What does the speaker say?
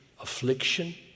affliction